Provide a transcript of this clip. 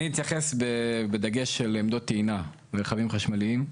אני אתייחס בדגש של עמדות טעינה ורכבים חשמליים,